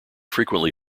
frequently